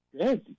Good